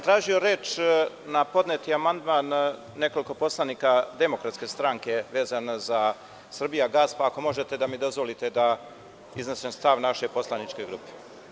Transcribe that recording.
Tražio sam reč na podneti amandman nekoliko poslanika DS, vezano za „Srbijagas“, pa ako možete da mi dozvolite da iznesem stav naše poslaničke grupe.